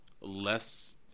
less